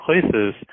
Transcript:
places